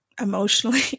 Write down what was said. emotionally